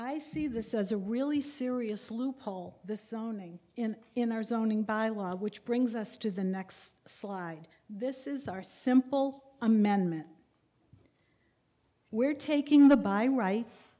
i see this as a really serious loophole the signing in in our zoning bylaw which brings us to the next slide this is our simple amendment we're taking the by right